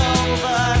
over